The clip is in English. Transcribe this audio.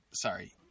Sorry